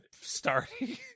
starting